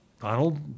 Donald